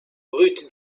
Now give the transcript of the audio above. ruth